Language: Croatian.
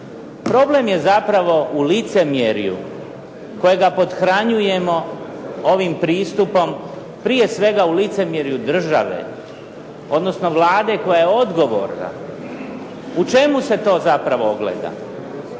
Problem je zapravo u licemjerju kojega pothranjujemo ovim pristupom prije svega u licemjerju države, odnosno Vlade koja je odgovorna. U čemu se to zapravo ogleda?